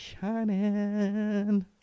shining